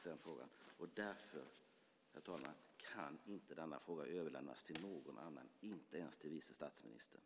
Därför, herr talman, kan inte denna fråga överlämnas till någon annan, inte ens till vice statsministern.